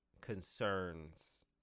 concerns